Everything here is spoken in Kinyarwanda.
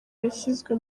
yashyizwe